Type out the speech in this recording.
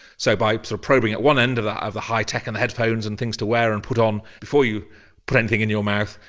so by so probing at one end of the of the high-tech and the headphones and things to wear and put on before you put anything in your mouth,